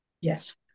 Yes